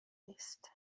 نیست